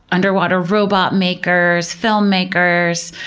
underwater robot makers, filmmakers,